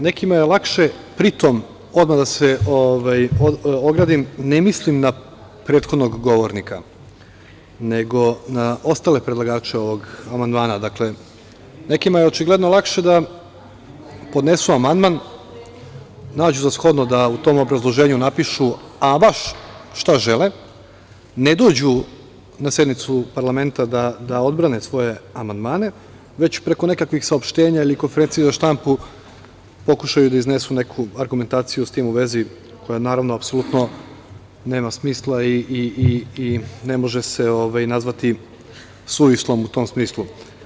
Nekima je lakše, pri tom odmah da se ogradim, ne mislim na prethodnog govornika nego na ostale predlagače ovog amandmana, nekima je očigledno lakše da podnesu amandman, nađu za shodno da u tom obrazloženju napišu ama baš šta žele, ne dođu na sednicu parlamenta da odbrane svoje amandmane, već preko nekakvih saopštenja ili konferencije za štampu pokušaju da iznesu neku argumentaciju s tim u vezi, koja, naravno, apsolutno nema smisla i ne može se nazvati suvislom u tom smislu.